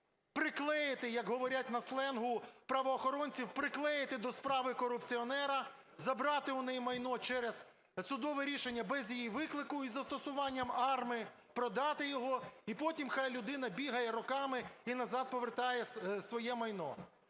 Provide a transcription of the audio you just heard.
приклеїти, як говорять на сленгу правоохоронців, приклеїти до справи корупціонера, забрати у неї майно через судове рішення без її виклику із застосуванням АРМИ, продати його - і потім хай людина бігає роками і назад повертає своє майно.